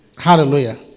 Hallelujah